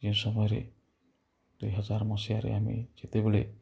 ଯେଉଁ ସମୟରେ ଦୁଇହଜାର ମସିହାରେ ଆମେ ଯେତେବେଳେ